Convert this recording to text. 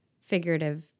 figurative